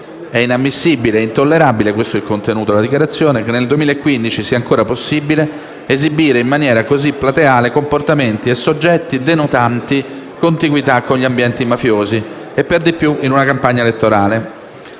«È inammissibile e intollerabile che nel 2015 sia ancora possibile esibire in maniera così plateale comportamenti e soggetti denotanti contiguità con gli ambienti mafiosi, per di più in una campagna elettorale».